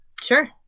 Sure